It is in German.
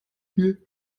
viel